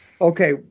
Okay